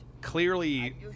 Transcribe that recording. clearly